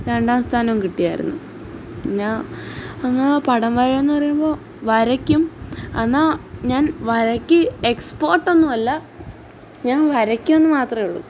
രണ്ടാം സ്ഥാനവും കിട്ടിയായിരുന്നു പിന്നെ പടം വര എന്ന് പറയുമ്പം വരക്കും എന്നാൽ ഞാന് വരയ്ക്ക് എക്സ്പേർട്ട് ഒന്നും അല്ല ഞാന് വരക്കുവെന്ന് മാത്രമെ ഉള്ളു